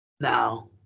Now